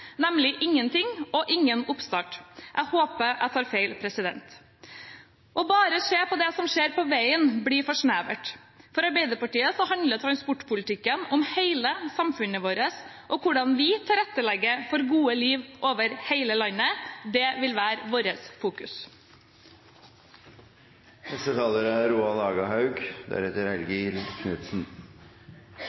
nemlig ingenting og ingen oppstart. Jeg håper jeg tar feil. Bare å se på det som skjer på veien, blir for snevert. For Arbeiderpartiet handler transportpolitikk om hele samfunnet vårt, og om hvordan vi tilrettelegger for gode liv over hele landet. Det vil være vårt fokus.